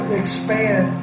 expand